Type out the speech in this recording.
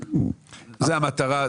זו המטרה,